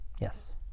Yes